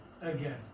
Again